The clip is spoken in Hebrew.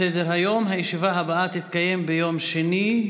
הישיבה הבאה תתקיים ביום שני,